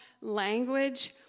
language